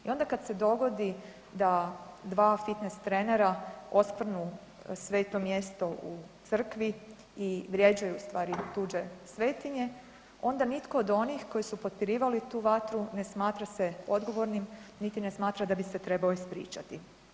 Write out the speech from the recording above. I onda kad se dogodi da dva fitnes trenera oskvrnu sveto mjesto u crkvi i vrijeđaju u stvari tuđe svetinje onda nitko od onih koji su potpirivali tu vatru ne smatra se odgovornim, niti ne smatra da bi se trebao ispričati.